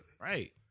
Right